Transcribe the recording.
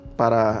para